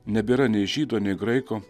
nebėra nei žydo nei graiko